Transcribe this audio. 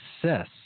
success